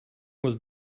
was